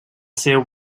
seu